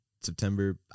September